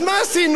אז מה עשינו?